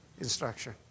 instruction